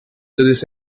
this